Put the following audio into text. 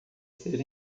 ser